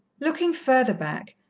looking further back,